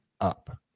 up